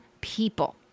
people